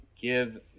give